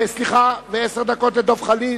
ועשר דקות לדב חנין.